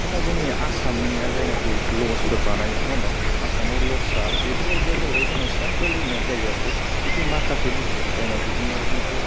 होमबा जोंनि आसामनिया जायनाकि लस फोर बानायो नङा होमबा आसामआव लस फोर बानायो बेफोरबायदि आ जाहैबाय जोंना सेन्ट्रेलि मेड जाहैबाय आर्खि खिन्थु माखासे बुस्तु जायनाकि इमारजेन्सि